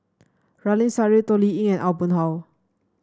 Ramli Sarip Toh Liying Aw Boon Haw